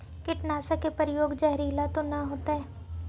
कीटनाशक के प्रयोग, जहरीला तो न होतैय?